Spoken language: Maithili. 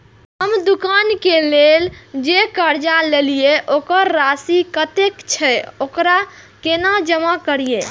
हम दुकान के लेल जे कर्जा लेलिए वकर राशि कतेक छे वकरा केना जमा करिए?